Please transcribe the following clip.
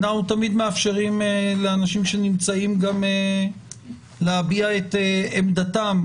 אנחנו גם תמיד מאפשרים לאנשים שנמצאים להביע את עמדתם,